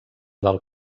del